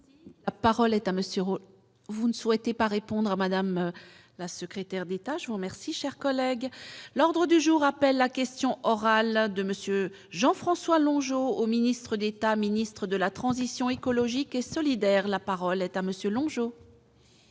Parole est à monsieur vous ne souhaitez pas répondre à madame. La secrétaire d'État, je vous remercie, chers collègues, l'ordre du jour appelle la question orale de monsieur Jean-François Longeau au ministre d'État, ministre de la transition écologique et solidaire, la parole est à monsieur Longeau.